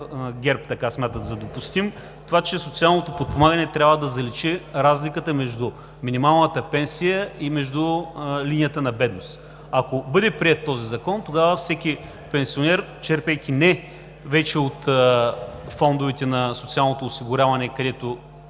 който ГЕРБ смятат за допустим – това, че „Социалното подпомагане“ трябва да заличи разликата между минималната пенсия и между линията на бедност. Ако бъде приет този закон, тогава всеки пенсионер, черпейки вече не от фондовете на „Социалното осигуряване“, където